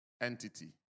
Entity